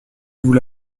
vous